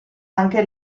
anche